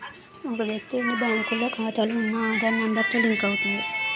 ఒక వ్యక్తి ఎన్ని బ్యాంకుల్లో ఖాతాలో ఉన్న ఆధార్ నెంబర్ తో లింక్ అవుతుంది